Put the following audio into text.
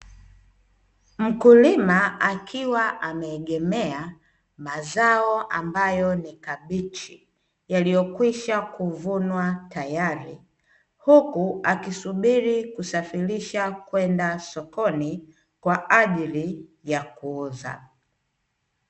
Mkulima akiwa ameegemea mazao ambayo ni kabichi yaliyokwisha kuvunwa tayari huku akisubiri kusafirisha kwenda sokoni kwa ajili ya kuuza.